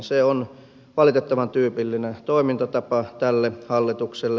se on valitettavan tyypillinen toimintatapa tälle hallitukselle